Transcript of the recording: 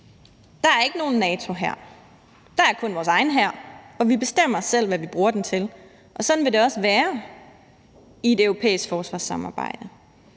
Der er ikke nogen NATO-hær, der er kun vores egen hær, og vi bestemmer selv, hvad vi bruger den til. Og sådan vil det også være i et europæisk forsvarssamarbejde.